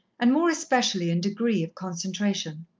and more especially in degree of concentration.